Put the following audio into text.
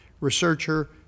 researcher